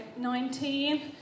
19